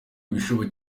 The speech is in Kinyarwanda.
ibishoboka